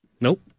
Nope